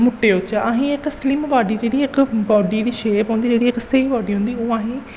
मुट्टे होचै असें गी इक स्लिम बाड्डी जेह्ड़ी ऐ इक बाडी दी शेप होंदी जेह्ड़ी इक स्हेई बाडी होंदी ओह् असें गी